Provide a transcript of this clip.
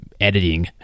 editing